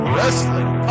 Wrestling